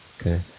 Okay